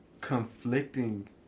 conflicting